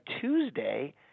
Tuesday